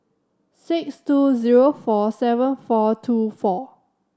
six two zero four seven four two four